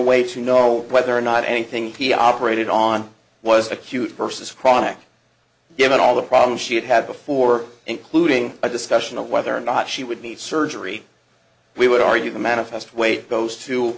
way to know whether or not anything p operated on was acute versus chronic given all the problems she had had before including a discussion of whether or not she would need surgery we would argue the manifest weight goes to